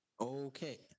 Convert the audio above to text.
Okay